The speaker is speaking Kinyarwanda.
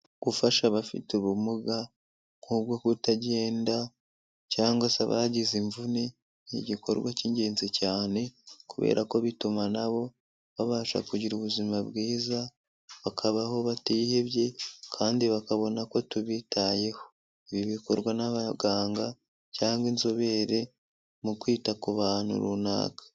Gufasha abafite ubumuga nk'ubwo kutagenda cyangwa se abagize imvune ni igikorwa cy'ingenzi cyane, kubera ko bituma na bo babasha kugira ubuzima bwiza, bakabaho batihebye kandi bakabona ko tubitayeho. Ibi bikorwa n'abaganga cyangwa inzobere mu kwita ku bantu runaka.